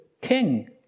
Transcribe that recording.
king